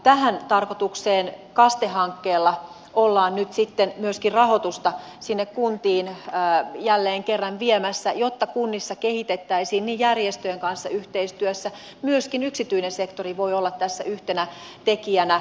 tähän tarkoitukseen kaste hankkeella ollaan nyt sitten myöskin rahoitusta sinne kuntiin jälleen kerran viemässä jotta kunnissa kehitettäisiin niin järjestöjen kanssa yhteistyössä kuin myöskin yksityinen sektori voi olla tässä yhtenä tekijänä